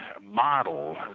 model